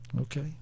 Okay